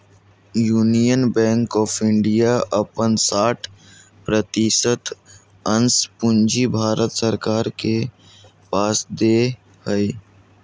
union Bank of India अपन साठ प्रतिशत अंश पूंजी भारत सरकार के पास दे हइ